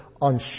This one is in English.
on